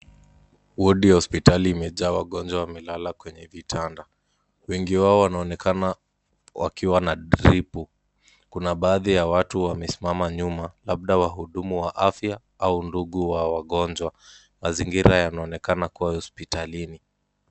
Wodi ya hospitali imejaa wagonjwa wamelala kwenye vitanda. Wengi wao wanaonekana wakiwa na dripu .Kuna baadhi ya watu wamesimama nyuma, labda wahudumu wa afya au ndugu wa wagonjwa. Mazingira yanaonekana kuwa ya hospitalini.